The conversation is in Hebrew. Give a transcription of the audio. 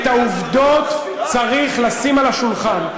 את העובדות צריך לשים על השולחן.